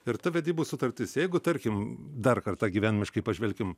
ir ta vedybų sutartis jeigu tarkim dar kartą gyvenimiškai pažvelkim